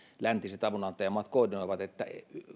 läntiset avunantajamaat koordinoivat että